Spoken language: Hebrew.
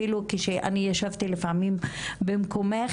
אפילו כשאני ישבתי לפעמים במקומך